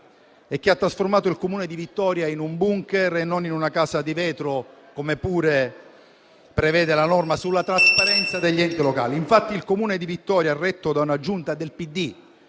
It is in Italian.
e che ha trasformato il Comune di Vittoria in un *bunker* e non in una casa di vetro, come pure prevede la norma sulla trasparenza degli enti locali. Infatti il Comune di Vittoria, retto da una Giunta del PD